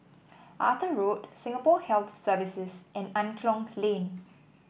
Arthur Road Singapore Health Services and Angklong Lane